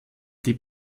die